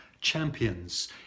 champions